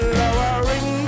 lowering